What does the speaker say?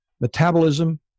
metabolism